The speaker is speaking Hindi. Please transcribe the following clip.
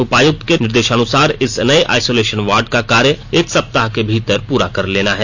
उपायुक्त के निर्देशानुसार इस नए आइसोलेशन वार्ड का कार्य एक सप्ताह के भीतर पूरा कर लेना है